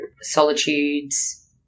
solitudes